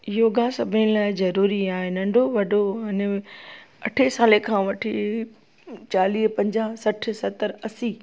योगा सभिनि लाइ ज़रूरी आहे नंढो वॾो इन में अठे साले खां वठी चालीह पंजाह सठि सतरि असी